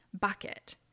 bucket